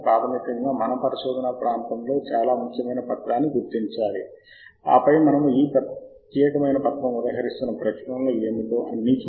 కాబట్టి దురదృష్టవశాత్తు ఇక్కడ ఈ జాబితాలో మీరు ఎంచుకోగల పద్దతి మీకు లేదు ఈ 12 రికార్డుల సమాచారము నేరుగా బిబ్ టెక్ట్స్ ఫార్మాట్ లేదా RIS ఆకృతిలో అందుబాటులో ఉంది